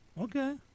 Okay